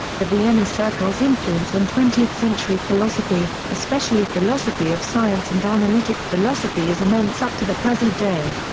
the vienna circle's influence on twentieth century philosophy, especially philosophy of science and analytic philosophy is immense up to the present day.